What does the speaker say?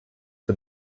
the